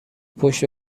پشت